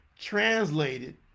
translated